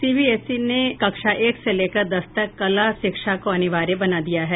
CBSE ने कक्षा एक से लेकर दस तक कला शिक्षा को अनिवार्य बना दिया है